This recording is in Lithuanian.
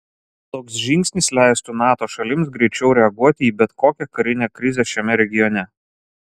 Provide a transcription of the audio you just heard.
toks žingsnis leistų nato šalims greičiau reaguoti į bet kokią karinę krizę šiame regione